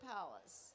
Palace